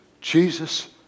Jesus